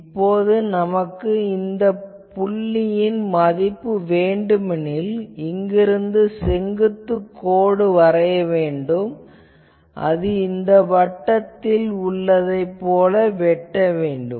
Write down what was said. இப்போது நமக்கு இந்த புள்ளியின் மதிப்பு வேண்டுமெனில் இங்கிருந்து செங்குத்துக் கோடு வரைய வேண்டும் அது இந்த வட்டத்தில் உள்ளதைப் போல வெட்ட வேண்டும்